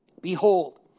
Behold